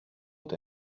het